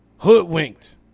Hoodwinked